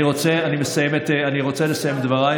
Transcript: אני רוצה לסיים את דבריי.